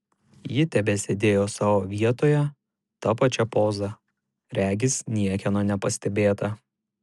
ji tebesėdėjo savo vietoje ta pačia poza regis niekieno nepastebėta